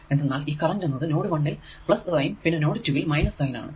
എന്തെന്നാൽ ഈ കറന്റ് എന്നത് നോഡ് 1 ൽ പ്ലസ് സൈൻ പിന്നെ നോഡ് 2 ൽ മൈനസ് സൈൻ ആണ്